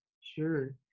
Sure